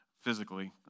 physically